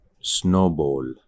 snowball